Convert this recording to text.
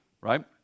right